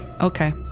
Okay